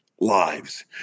Lives